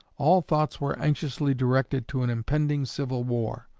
all thoughts were anxiously directed to an impending civil war.